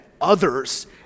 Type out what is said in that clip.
others